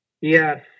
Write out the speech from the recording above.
Yes